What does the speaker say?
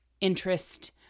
interest